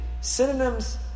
synonyms